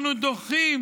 אנחנו דוחים